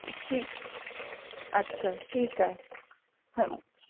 ठीकु अच्छा ठीकु आहे हा